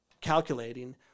calculating